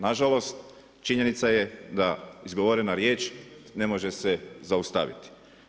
Na žalost, činjenica je da izgovorena riječ ne može se zaustaviti.